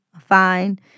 Fine